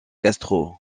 castro